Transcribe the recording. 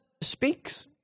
speaks